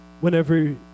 whenever